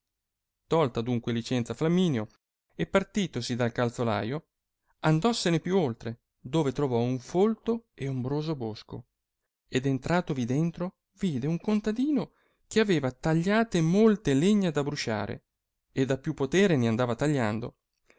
tolta adunque licenza flamminio e partitosi dal calzolaio andossene più oltre dove trovò uno folto ed ombroso bosco ed entratovi dentro vide un contadino che aveva tagliate molte legna da brusciare ed a più potere ne andava tagliando